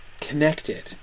connected